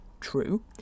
true